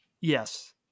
Yes